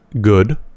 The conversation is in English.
good